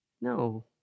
No